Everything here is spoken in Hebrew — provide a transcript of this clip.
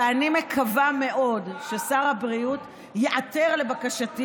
ואני מקווה מאוד ששר הבריאות ייעתר לבקשתי